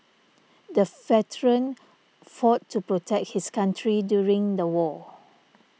the veteran fought to protect his country during the war